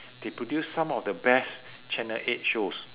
they produce some of the best channel eight shows